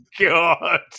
God